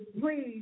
please